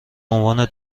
عنوان